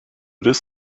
does